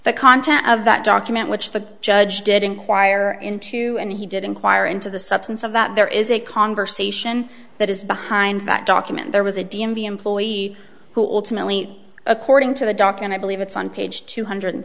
the contents of that document which the judge did inquire into and he did inquire into the substance of that there is a conversation that is behind that document there was a d m v employee who ultimately according to the doc and i believe it's on page two hundred